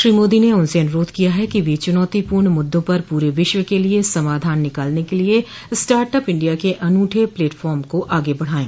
श्री मोदी ने उनसे अनुरोध किया कि वे चुनौतीपूर्ण मुद्दों पर पूरे विश्व के लिए समाधान निकालने के लिए स्टार्ट अप इंडिया के अनूठे प्लेटफॉर्म को आगे बढ़ाएं